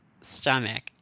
stomach